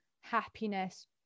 happiness